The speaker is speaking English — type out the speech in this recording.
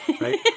right